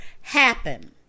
happen